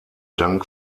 dank